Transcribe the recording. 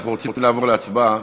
אנחנו רוצים לעבור להצבעה.